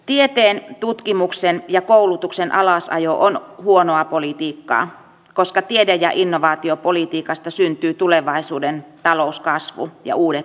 tieteen tutkimuksen ja koulutuksen alasajoon huonoa politiikkaa koska tiede ja innovaatiopolitiikasta syntyvät tulevaisuuden talouskasvu ja uudet